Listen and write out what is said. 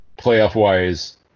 Playoff-wise